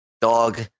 dog